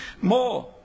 more